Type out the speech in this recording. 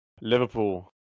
Liverpool